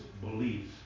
beliefs